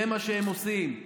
זה מה שהם עושים,